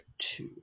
two